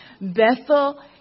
Bethel